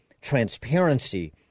transparency